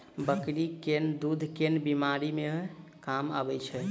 बकरी केँ दुध केँ बीमारी मे काम आबै छै?